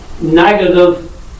negative